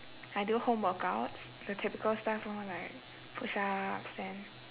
I do home workouts the typical stuff lor like push-ups and